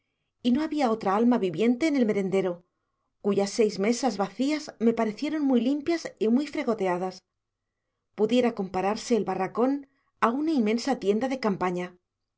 y no había otra alma viviente en el merendero cuyas seis mesas vacías me parecieron muy limpias y fregoteadas pudiera compararse el barracón a una inmensa tienda de campaña